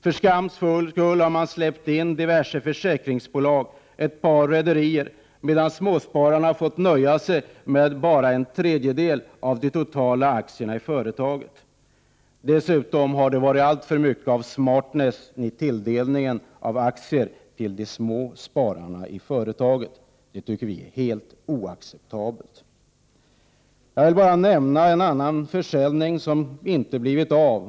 För skams skull har man släppt in diverse försäkringsbolag och ett par rederier, medan småspararna fått nöja sig med bara en tredjedel av det totala antalet aktier i företaget. Dessutom har det varit alltför mycket av smartness vid tilldelningen av aktier i företaget till småspararna. Det tycker vi är helt oacceptabelt. Jag vill bara nämna en annan försäljning som inte har blivit av.